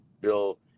bill